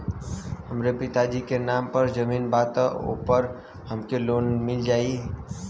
हमरे पिता जी के नाम पर जमीन बा त ओपर हमके लोन मिल जाई?